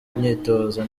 imyitozo